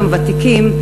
גם ותיקים,